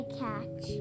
catch